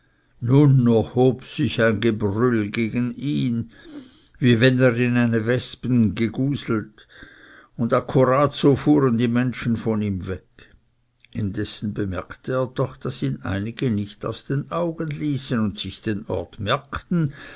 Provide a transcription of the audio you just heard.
erhob sich ein gebrüll gegen ihn wie wenn er in eine wespern geguselt und akkurat so fuhren die menschen von ihm weg indessen bemerkte er doch daß ihn einige nicht aus den augen ließen und sich den ort merkten